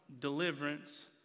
deliverance